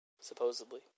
Supposedly